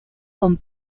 con